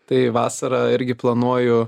tai vasarą irgi planuoju